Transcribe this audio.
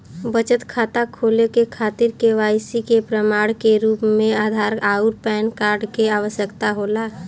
बचत खाता खोले के खातिर केवाइसी के प्रमाण के रूप में आधार आउर पैन कार्ड के आवश्यकता होला